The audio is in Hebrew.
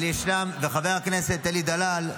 וחבר הכנסת אלי דלל,